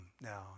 now